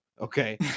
Okay